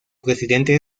presidente